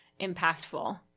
impactful